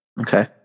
Okay